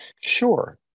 Sure